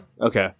Okay